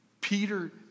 Peter